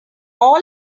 all